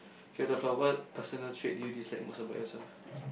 K the for what personal trait do you dislike most about yourself